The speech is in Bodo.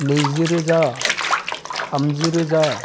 नैजिरोजा थामजिरोजा